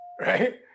right